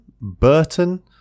Burton